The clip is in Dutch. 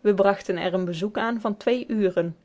we brachten er een bezoek aan van twee uren